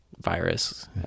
virus